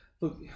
look